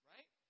Right